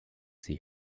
see